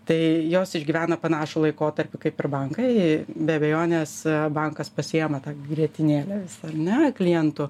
tai jos išgyvena panašų laikotarpį kaip ir bankai be abejonės bankas pasiima tą grietinėlę visą ar ne klientų